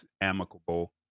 amicable